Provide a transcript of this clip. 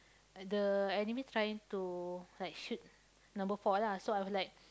the enemy trying to like shoot number four lah so I was like